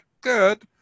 good